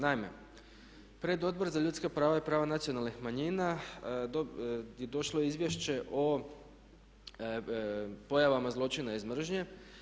Naime, predodbor za ljudska prava i prava nacionalnih manjina došlo je izvješće o pojavama zločina iz mržnje.